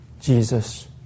Jesus